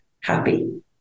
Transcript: happy